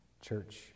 Church-